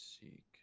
Seek